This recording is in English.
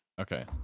Okay